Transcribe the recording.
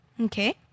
Okay